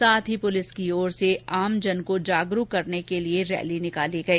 साथ ही पुलिस की ओर से आमजन को जागरुक करने के लिए रैली निकाली गई